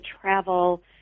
travel